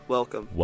Welcome